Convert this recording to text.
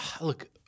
Look